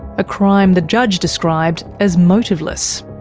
a crime the judge described as motiveless.